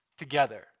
Together